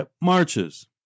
marches